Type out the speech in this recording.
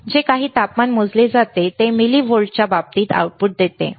आता जे काही तापमान मोजले जाते ते मिलिव्होल्टच्या बाबतीत आउटपुट देते